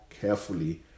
carefully